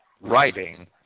writing